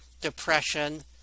depression